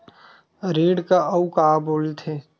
ऋण का अउ का बोल थे?